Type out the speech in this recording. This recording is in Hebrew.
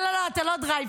לא לא לא, אתה לא דרייפוס,